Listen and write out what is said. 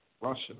Russia